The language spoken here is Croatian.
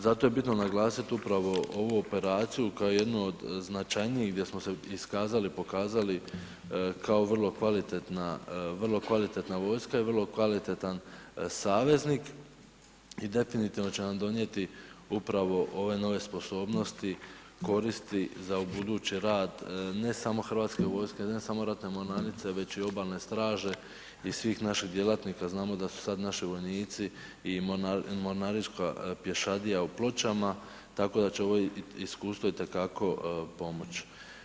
Zato je bitno naglasiti upravo ovu operaciju, kao jednu od značajnijih, gdje smo se iskazali, pokazali kao vrlo kvalitetna vojska i vrlo kvalitetan saveznik i definitivno će nam donijeti upravo ove nove sposobnosti, koristi za u budući rad ne samo Hrvatske vojske, ne samo ratne mornarice, već i obalne straže i svih naših djelatnika, znamo da su sad naši vojnici i mornarička pješadija u Pločama, tako da će ovo iskustvo itekako pomoć.